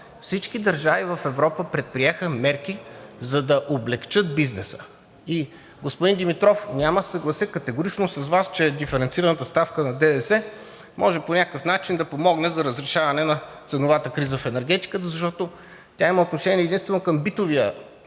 всички държави в Европа предприеха мерки, за да облекчат бизнеса. И господин Димитров, няма да се съглася категорично с Вас, че диференцираната ставка на ДДС може по някакъв начин да помогне за разрешаване на ценовата криза в енергетиката, защото тя има отношение единствено към битовите